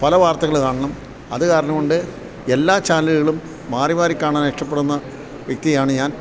പല വാർത്തകൾ കാണണം അത് കാരണം കൊണ്ട് എല്ലാ ചാനലുകളും മാറി മാറി കാണാൻ ഇഷ്ടപ്പെടുന്ന വ്യക്തിയാണ് ഞാൻ